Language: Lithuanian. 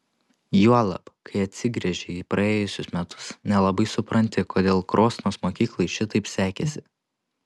juolab kai atsigręži į praėjusius metus nelabai supranti kodėl krosnos mokyklai šitaip sekėsi